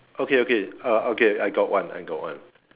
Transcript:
okay okay uh okay I got one I got one